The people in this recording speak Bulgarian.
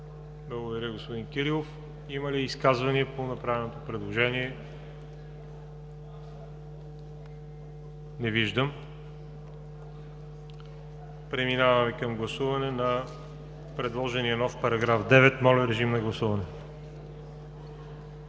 Благодаря, господин Кирилов. Има ли изказвания по направеното предложение? Не виждам. Преминаваме към гласуване на предложения нов § 9. Гласували